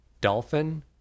Dolphin